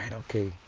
ah okay.